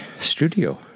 studio